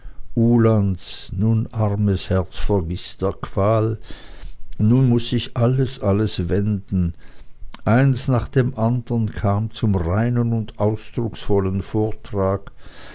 uhlands nun armes herz vergiß der qual nun muß sich alles alles wenden eins nach dem andern kam zum reinen und ausdrucksvollen vortrag